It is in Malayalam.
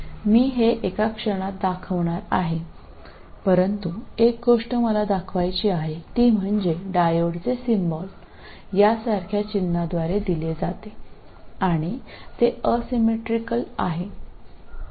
ഒരു നിമിഷത്തിനുള്ളിൽ ഞാൻ അത് കാണിക്കാൻ പോകുന്നു പക്ഷേ എനിക്ക് കാണിക്കേണ്ട ഒരു കാര്യം ഡയോഡിനെ ഇതുപോലെയുള്ള ഒരു ചിഹ്നത്താൽ പ്രതിനിധീകരിക്കുന്നു അത് അസമമിതിയാണ്